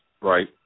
right